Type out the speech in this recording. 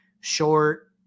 short